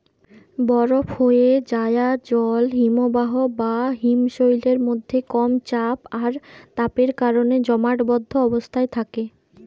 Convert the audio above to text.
বরফ হোয়ে যায়া জল হিমবাহ বা হিমশৈলের মধ্যে কম চাপ আর তাপের কারণে জমাটবদ্ধ অবস্থায় থাকে